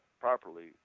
properly